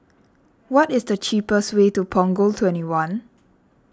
what is the cheapest way to Punggol twenty one